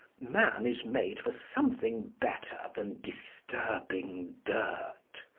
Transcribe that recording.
man is made for something better than disturbing dirt.